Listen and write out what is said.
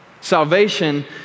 Salvation